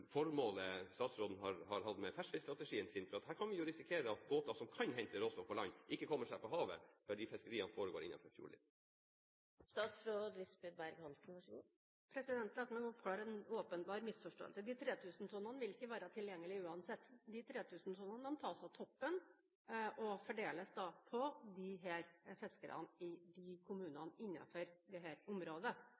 formålet statsråden har hatt med sin ferskfiskstrategi, for her kan vi jo risikere at båter som kan hente råstoff til landanleggene, ikke kommer seg på havet fordi fiskeriet foregår innenfor fjordlinja. La meg oppklare en åpenbar misforståelse: De 3 000 tonnene vil ikke være tilgjengelig uansett. De 3 000 tonnene tas av toppen og fordeles på fiskerne i